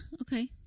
okay